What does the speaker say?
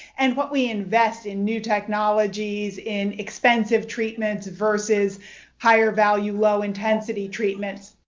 and what we invest in new technologies, in expensive treatments versus higher-value, low-intensity treatments.